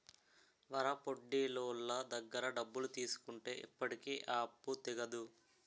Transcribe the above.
వారాపొడ్డీలోళ్ళ దగ్గర డబ్బులు తీసుకుంటే ఎప్పటికీ ఆ అప్పు తెగదు